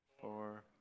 four